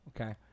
Okay